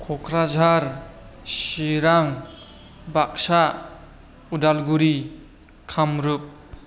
Kokrajhar Chirang Baksa Udalguri Kamrup